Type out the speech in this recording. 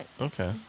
Okay